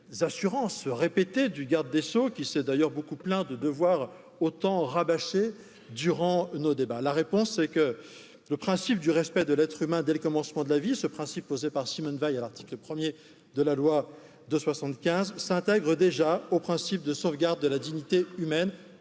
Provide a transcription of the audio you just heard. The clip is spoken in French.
les assurances répétées du garde des sceaux qui s'est d'ailleurs beaucoup plaint de devoir autant rabâcher durant nos débats la réponse c'est que le principe du respect de l'être humain dès le commencement de la vie ce principe posé par simone veil à l'article premier de la loi de soixante quinze s'intègrent déjà au principe de humaine